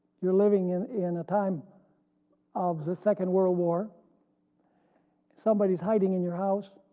you're living in in a time of the second world war somebody's hiding in your house